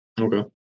Okay